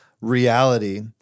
reality